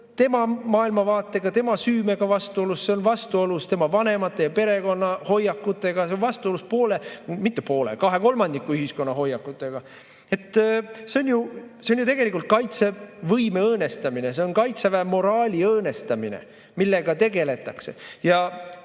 tema maailmavaatega, tema süümega vastuolus. See on vastuolus tema vanemate ja perekonna hoiakutega, see on vastuolus poole ... või mitte poole, vaid kahe kolmandiku ühiskonna hoiakutega. See on ju tegelikult kaitsevõime õõnestamine, see on Kaitseväe moraali õõnestamine, millega tegeletakse. Ja